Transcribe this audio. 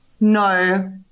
No